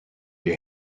your